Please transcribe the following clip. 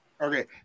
Okay